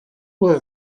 work